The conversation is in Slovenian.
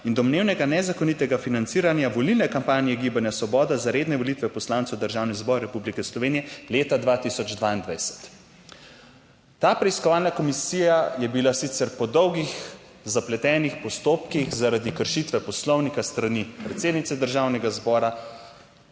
in domnevnega nezakonitega financiranja volilne kampanje Gibanja Svoboda za redne volitve poslancev v Državni zbor Republike Slovenije leta 2022. Ta preiskovalna komisija je bila sicer po dolgih zapletenih postopkih zaradi kršitve Poslovnika s strani predsednice Državnega zbora